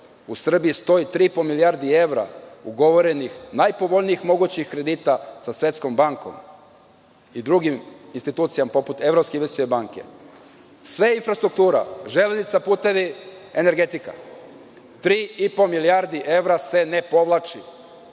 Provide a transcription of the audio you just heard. u Srbiji stoji 3,5 milijarde evra ugovorenih najpovoljnijih kredita sa Svetskom bankom i drugim institucijama poput evropske investicione banke. Sve je infrastruktura, železnica, putevi, energetika i 3,5 milijardi evra se ne povlači